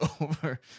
over